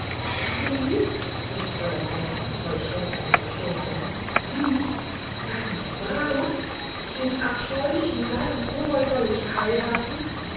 wie rief fräulein ännchen voll schreck und bestürzung wie seine braut den abscheulichen kleinen kobold soll ich heiraten